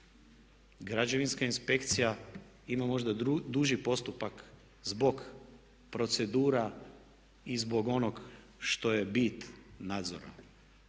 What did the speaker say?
Građevinska inspekcija ima možda duži postupak zbog procedura i zbog onog što je bit nadzora,